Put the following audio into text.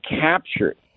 captured